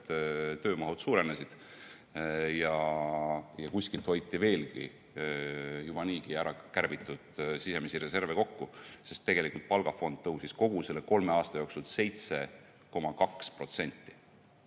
töömahud suurenesid ja kuskilt hoiti veelgi juba niigi ära kärbitud sisemisi reserve kokku. Tegelikult palgafond tõusis kogu selle kolme aasta jooksul